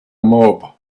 mob